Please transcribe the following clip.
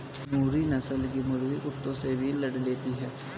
नूरी नस्ल की मुर्गी कुत्तों से भी लड़ लेती है